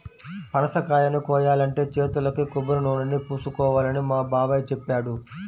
పనసకాయని కోయాలంటే చేతులకు కొబ్బరినూనెని పూసుకోవాలని మా బాబాయ్ చెప్పాడు